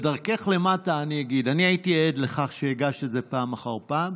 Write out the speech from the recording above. בדרכך למטה אני אגיד: אני הייתי עד לכך שהגשת את זה פעם אחר פעם,